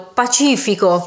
pacifico